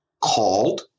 called